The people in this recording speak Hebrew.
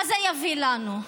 מה זה יביא לנו.